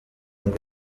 ngo